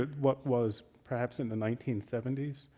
but what was, perhaps in the nineteen seventy s,